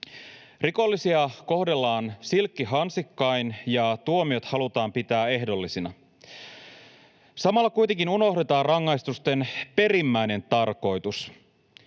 Rikollisia kohdellaan silkkihansikkain, ja tuomiot halutaan pitää ehdollisina. Samalla kuitenkin unohdetaan rangaistusten perimmäinen tarkoitus: